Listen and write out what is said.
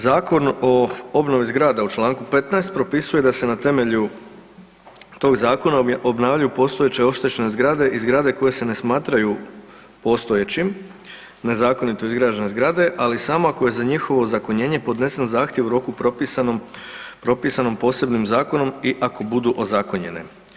Zakon o obnovi zgrada u članku 15. propisuje da se na temelju tog zakona obnavljaju postojeće oštećene zgrade i zgrade koje se ne smatraju postojećim nezakonito izgrađene zgrade, ali samo ako je za njihovo ozakonjenje podnesen zakon u roku propisanom posebnim zakonom i ako budu ozakonjene.